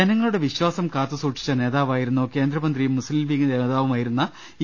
ജനങ്ങളുടെ വിശ്വാസം കാത്തുസൂക്ഷിച്ച നേതാവായിരുന്നു കേന്ദ്ര മന്ത്രിയും മുസ്ലിംലീഗ് നേതാവുമായിരുന്ന ഇ